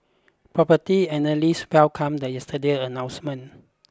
property analysts welcomed the yesterday announcement